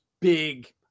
big